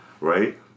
right